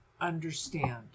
understand